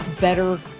Better